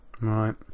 Right